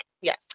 Yes